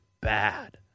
bad